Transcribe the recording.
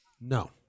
No